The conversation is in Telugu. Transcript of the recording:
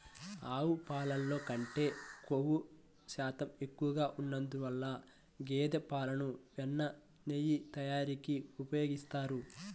ఆవు పాలల్లో కంటే క్రొవ్వు శాతం ఎక్కువగా ఉన్నందువల్ల గేదె పాలను వెన్న, నెయ్యి తయారీకి ఉపయోగిస్తారు